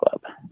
club